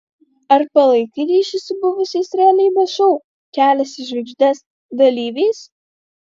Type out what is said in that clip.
ar palaikai ryšį su buvusiais realybės šou kelias į žvaigždes dalyviais